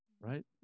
Right